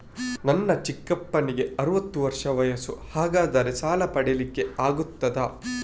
ನನ್ನ ಚಿಕ್ಕಪ್ಪನಿಗೆ ಅರವತ್ತು ವರ್ಷ ವಯಸ್ಸು, ಹಾಗಾದರೆ ಸಾಲ ಪಡೆಲಿಕ್ಕೆ ಆಗ್ತದ?